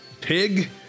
Pig